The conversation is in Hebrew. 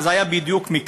אז זה היה בדיוק מקרה,